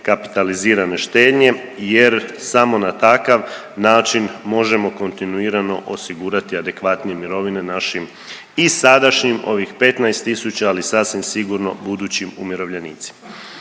kapitalizirane štednje jer samo na takav način možemo kontinuirano osigurati adekvatnije mirovine našim i sadašnjim ovih 15 tisuća, ali sasvim sigurno budućim umirovljenicima.